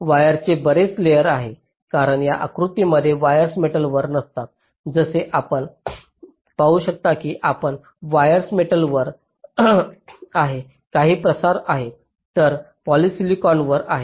वायर्सचे बरेच लेयर्स आहेत कारण या आकृतीप्रमाणे वायर्स मेटलवर नसतातच जसे आपण पाहू शकता की काही वायर्स मेटलवर आहेत काही प्रसार आहेत तर काही पॉलिसिलिकॉनवर आहेत